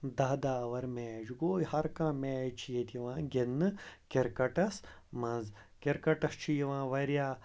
دَہ دَہ اَوَر میچ گوٚو یہِ ہرکانٛہہ میچ چھِ ییٚتہِ یِوان گِنٛدنہٕ کِرکَٹَس منٛز کِرکَٹَس چھُ یِوان واریاہ